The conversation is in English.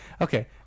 Okay